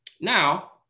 Now